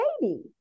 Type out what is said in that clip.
baby